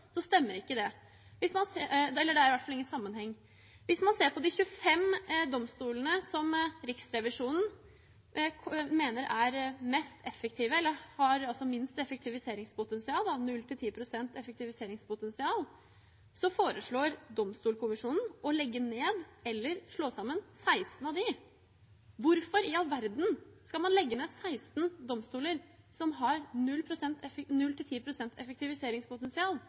stemmer ikke det – eller det er i hvert fall ingen sammenheng. Hvis man ser på de 25 domstolene som Riksrevisjonen mener er mest effektive – eller har minst effektiviseringspotensial, altså 0–10 pst. effektiviseringspotensial – foreslår Domstolkommisjonen å legge ned eller slå sammen 16 av disse. Hvorfor i all verden skal man legge ned 16 domstoler som har